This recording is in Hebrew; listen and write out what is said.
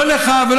לא לך ולא,